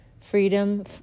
freedom